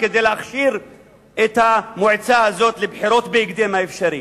כדי להכשיר את המועצה הזאת לבחירות בהקדם האפשרי.